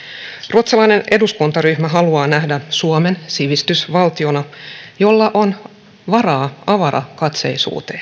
ruotsalainen eduskuntaryhmä haluaa nähdä suomen sivistysvaltiona jolla on varaa avarakatseisuuteen